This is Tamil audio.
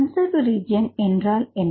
கன்செர்வேட் ரெஜின் என்றால் என்ன